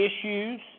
issues